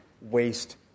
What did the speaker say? waste